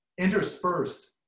interspersed